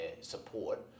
support